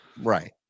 right